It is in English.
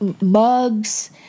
mugs